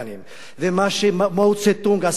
ומה שמאו דזה-דונג עשה לעם שלו,